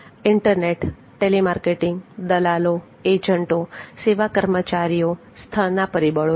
internet telemarketing દલાલો એજન્ટો સેવા કર્મચારીઓ સ્થળના પરિબળો છે